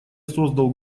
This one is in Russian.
создал